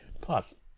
Plus